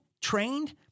trained